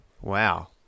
Wow